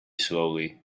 slowly